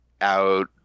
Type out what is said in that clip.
out